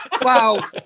Wow